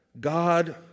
God